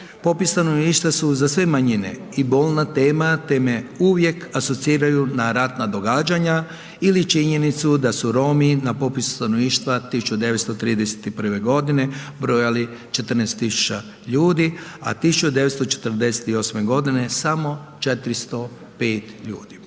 Popis stanovništva su za sve manjine i bolna tema te me uvijek asociraju na ratna događa ili činjenicu da su Romi na popisu stanovništva 1931. godine brojali 14000 ljudi, a 1948.g. samo 405 ljudi.